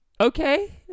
Okay